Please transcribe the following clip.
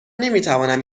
نمیتوانم